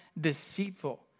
deceitful